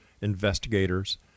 investigators